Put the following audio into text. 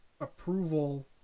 approval